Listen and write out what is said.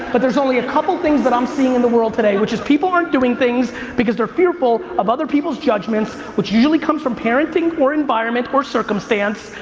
but there's only a couple things that i'm seeing in the world today, which is people aren't doing things because they're fearful of other people's judgments, which usually comes from parenting or environment or circumstance,